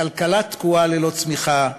לכלכלה תקועה ללא צמיחה,